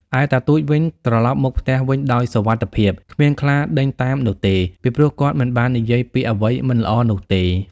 ឯតាទូចវិញត្រឡប់មកផ្ទះវិញដោយសុវត្តិភាព គ្មានខ្លាដេញតាមនោះទេ ពីព្រោះគាត់មិនបាននិយាយពាក្យអ្វីមិនល្អនោះទេ។